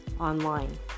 online